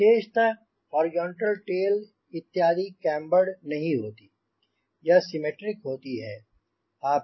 विशेषतः horizontal tail इत्यादि cambered नहीं होती है यह सिमिट्रिक होती है